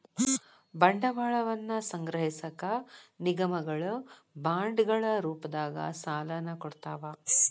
ಬಂಡವಾಳವನ್ನ ಸಂಗ್ರಹಿಸಕ ನಿಗಮಗಳ ಬಾಂಡ್ಗಳ ರೂಪದಾಗ ಸಾಲನ ಕೊಡ್ತಾವ